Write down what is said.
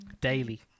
Daily